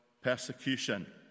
persecution